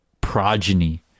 progeny